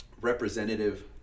representative